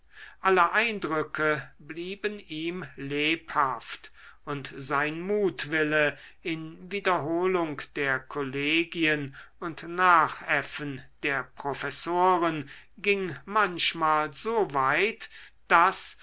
alle eindrücke blieben ihm lebhaft und sein mutwille in wiederholung der kollegien und nachäffen der professoren ging manchmal so weit daß